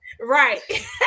Right